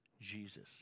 Jesus